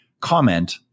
comment